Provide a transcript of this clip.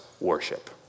Worship